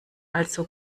also